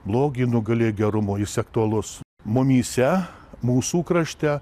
blogį nugalėk gerumo jis aktualus mumyse mūsų krašte